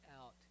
out